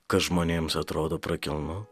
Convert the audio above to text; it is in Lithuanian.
kas žmonėms atrodo prakilnu